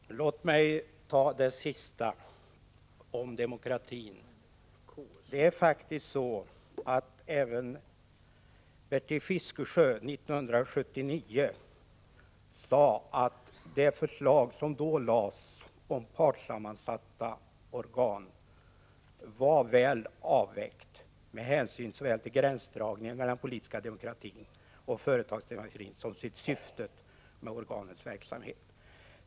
Herr talman! Låt mig ta det sista, om demokratin, först. Även Bertil Fiskesjö sade faktiskt 1979 att det förslag som då lades fram om partssam mansatta organ var väl avvägt med hänsyn såväl till gränsdragningen mellan = Prot. 1985/86:26 den politiska demokratin och företagsdemokratin som till syftet med 13 november 1985 organets verksamhet.